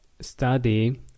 study